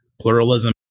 pluralism